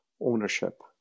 ownership